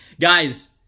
Guys